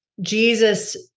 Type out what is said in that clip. Jesus